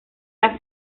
las